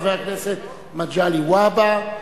חבר הכנסת מגלי והבה,